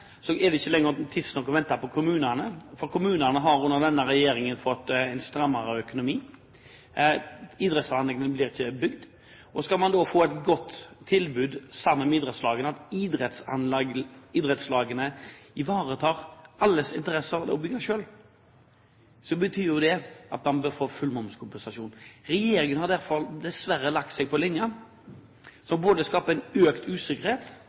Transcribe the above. er det ikke tid til å vente på kommunene, for kommunene har under denne regjeringen fått en strammere økonomi. Idrettsanleggene blir ikke bygd, og skal man da få et godt tilbud hos idrettslagene, at de ivaretar alles interesser ved å bygge selv, bør de da få full momskompensasjon. Regjeringen har derfor dessverre lagt seg på en linje som skaper en økt usikkerhet